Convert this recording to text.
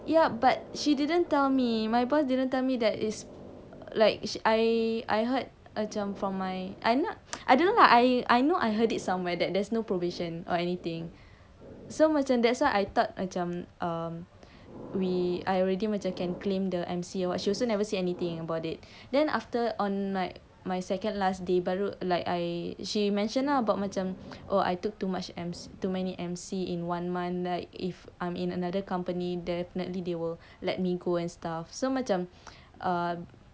ya but she didn't tell me my boss didn't tell me that is like I I heard macam from my I'm not I don't know lah I I know I heard it somewhere that there's no probation or anything so macam and that's why I thought macam um we I already macam can claim the M_C or what she also never say anything about it then after on like my second last day baru like I she mentioned ah about macam oh I took too much M_C too many M_C in one month like if I'm in another company definitely they will let me go and stuff so macam uh